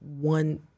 one